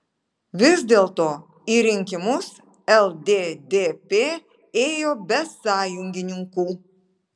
vis dėlto į rinkimus lddp ėjo be sąjungininkų